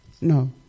No